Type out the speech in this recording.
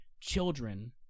children